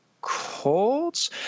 Colts